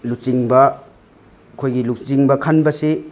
ꯂꯨꯆꯤꯡꯕ ꯑꯩꯈꯣꯏꯒꯤ ꯂꯨꯆꯤꯡꯕ ꯈꯟꯕꯁꯤ